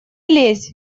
лезь